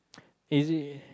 is it